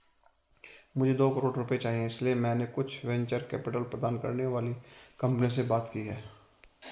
मुझे दो करोड़ रुपए चाहिए इसलिए मैंने कुछ वेंचर कैपिटल प्रदान करने वाली कंपनियों से बातचीत की है